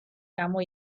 გამო